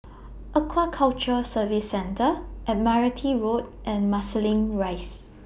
Aquaculture Services Centre Admiralty Road and Marsiling Rise